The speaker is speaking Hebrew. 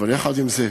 אבל יחד עם זה,